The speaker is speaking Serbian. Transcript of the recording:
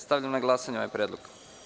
Stavljam na glasanje ovaj predlog.